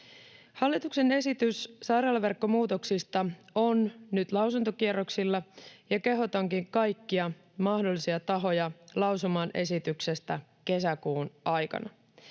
Hallituksen esitys sairaalaverkkomuutoksista on nyt lausuntokierroksilla, ja kehotankin kaikkia mahdollisia tahoja lausumaan esityksestä kesäkuun aikana.